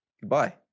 goodbye